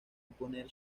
imponer